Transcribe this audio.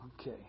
Okay